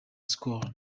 skol